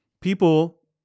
People